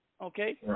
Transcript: Okay